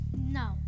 No